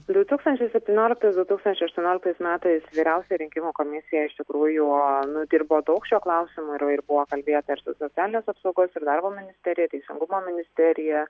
du tūkstančiai septynioliktais du tūkstantčiai aštuonioliktais metais vyriausia rinkimų komisija iš tikrųjų nudirbo daug šiuo klausimu ir ir buvo kalbėta ir socialinės apsaugos ir darbo ministerija teisingumo ministerija